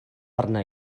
arna